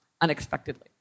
unexpectedly